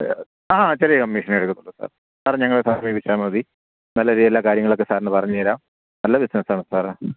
ആ ചെറിയ കമ്മീഷനേ എടുക്കത്തുള്ളു സാർ സാർ ഞങ്ങളേ സമീപിച്ചാൽ മതി നല്ല രീതിയിലുള്ള കാര്യങ്ങളൊക്കെ സാറിന് പറഞ്ഞുതരാം നല്ല ബിസിനസ്സാണ് സാറേ